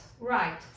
Right